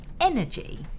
energy